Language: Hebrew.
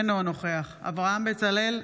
אינו נוכח אברהם בצלאל,